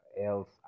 else